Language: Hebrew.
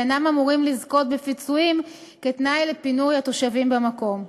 ואינם אמורים לזכות בפיצויים כתנאי לפינוי התושבים במקום.